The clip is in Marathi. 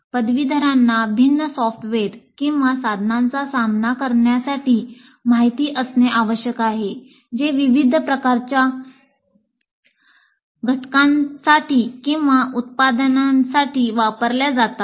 पदवीधरांना भिन्न सॉफ्टवेअर किंवा साधनांचा सामना करण्यासाठी माहित असणे आवश्यक आहे जे विविध प्रकारच्या घटकांसाठी किंवा उत्पादनांसाठी वापरल्या जातात